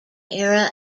era